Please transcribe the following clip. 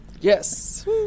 Yes